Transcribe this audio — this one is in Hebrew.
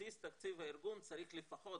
בסיס תקציב הארגון צריך לפחות,